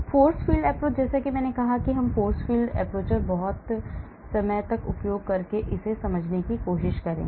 Force field approach जैसा कि मैंने कहा कि हम Force field approach पर बहुत समय का उपयोग करके इसे समझने जा रहे हैं